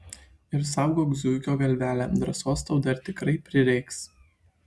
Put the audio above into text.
ir saugok zuikio galvelę drąsos tau dar tikrai prireiks